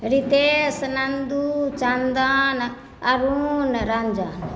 Ritesh Nandu Chandan Arun Ranjan